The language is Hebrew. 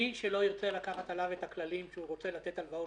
מי שלא ירצה לקחת עליו את הכללים כשהוא רוצה לתת הלוואות